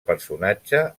personatge